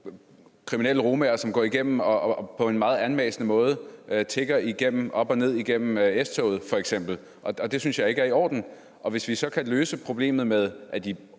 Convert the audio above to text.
kriminelle romaer, som f.eks. går igennem toget og tigger på en meget anmassende måde – op og ned igennem S-toget. Og det synes jeg ikke er i orden. Og hvis vi så kan løse problemet med, at de